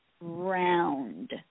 round